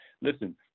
Listen